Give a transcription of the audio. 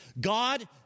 God